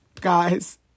Guys